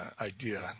idea